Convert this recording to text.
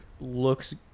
looks